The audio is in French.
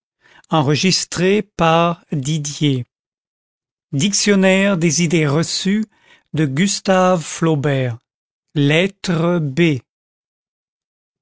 dictionnaire des idées reçues by gustave